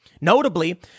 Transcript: Notably